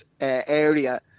area